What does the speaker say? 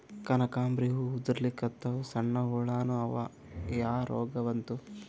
ಕನಕಾಂಬ್ರಿ ಹೂ ಉದ್ರಲಿಕತ್ತಾವ, ಸಣ್ಣ ಹುಳಾನೂ ಅವಾ, ಯಾ ರೋಗಾ ಬಂತು?